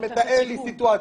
מתאר לי סיטואציה.